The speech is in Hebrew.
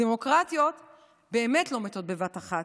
דמוקרטיות באמת לא מתות בבת אחת,